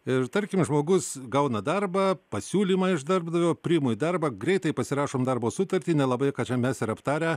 ir tarkim žmogus gauna darbą pasiūlymą iš darbdavio priimu į darbą greitai pasirašom darbo sutartį nelabai ką čia mes ir aptarę